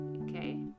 Okay